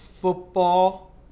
football